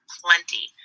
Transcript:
plenty